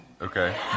Okay